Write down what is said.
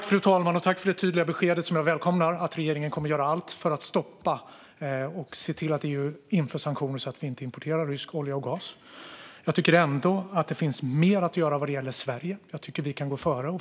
Fru talman! Jag tackar för det tydliga beskedet, som jag välkomnar, att regeringen kommer att göra allt för att stoppa detta och se till att EU inför sanktioner så att vi inte importerar rysk olja och gas. Jag tycker dock att det finns mer att göra vad gäller Sverige. Jag tycker att vi kan gå före.